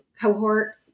cohort